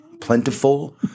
plentiful